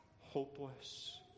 hopeless